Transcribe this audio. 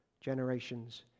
generations